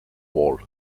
wall